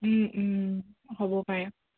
ও ও হ'ব পাৰে